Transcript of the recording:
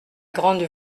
grande